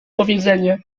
powiedzenie